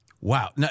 Wow